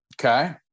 Okay